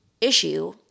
issue